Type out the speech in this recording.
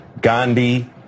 Gandhi